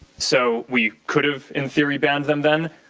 so we could have in theory banned them then.